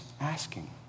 asking